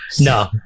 no